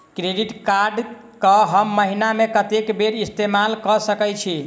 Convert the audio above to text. Credit card कऽ हम महीना मे कत्तेक बेर इस्तेमाल कऽ सकय छी?